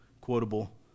quotable